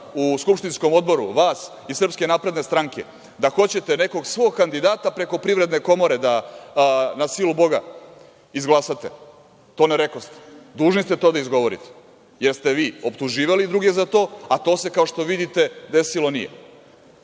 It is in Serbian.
u skupštinskom odboru, vas iz SNS da hoćete nekog svog kandidata preko Privredne komore da, na silu Boga, izglasate. To ne rekoste. Dužni ste to da izgovorite, jer ste vi optuživali druge za to, a to se, kao što vidite, desilo nije. Onda